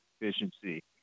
efficiency